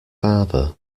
father